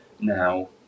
now